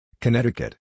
Connecticut